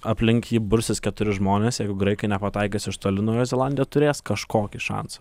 aplink jį bursis keturi žmonės jeigu graikai nepataikys iš toli naujoji zelandija turės kažkokį šansą